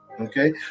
okay